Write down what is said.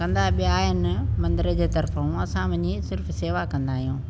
कंदा ॿिया आहियूं मंदिर जे तरफो असां वञी सिर्फ सेवा कंदा आहियूं